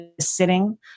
sitting